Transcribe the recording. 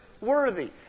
Worthy